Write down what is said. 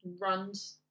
runs